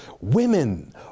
Women